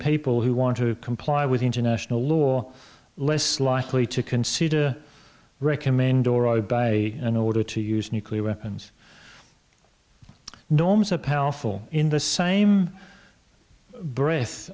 people who want to comply with international law less likely to consider recommend or i buy in order to use nuclear weapons norms are powerful in the same breath